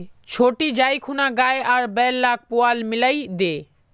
छोटी जाइ खूना गाय आर बैल लाक पुआल मिलइ दे